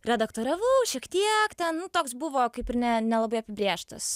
redaktoriavau šiek tiek ten nu toks buvo kaip ir ne nelabai apibrėžtas